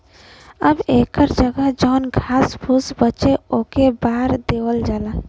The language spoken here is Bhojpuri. अब एकर जगह जौन घास फुस बचे ओके बार देवल जाला